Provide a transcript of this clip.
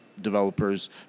developers